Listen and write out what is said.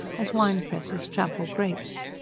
as wine-pressers trample grapes.